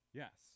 yes